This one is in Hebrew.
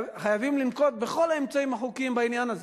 חייבים לנקוט את כל האמצעים החוקיים בעניין הזה.